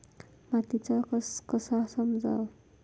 मातीचा कस कसा समजाव?